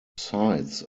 sites